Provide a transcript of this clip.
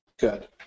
Good